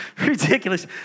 ridiculous